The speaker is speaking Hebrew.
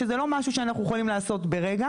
שזה לא משהו שאנחנו יכולים לעשות ברגע.